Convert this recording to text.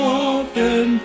often